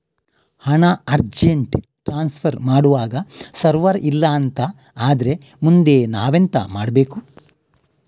ಹಣ urgent transfer ಮಾಡ್ವಾಗ server ಇಲ್ಲಾಂತ ಆದ್ರೆ ಮುಂದೆ ನಾವೆಂತ ಮಾಡ್ಬೇಕು?